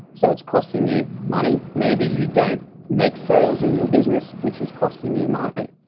so it's costing you money. maybe you don't make sales in your business, which is costing you money.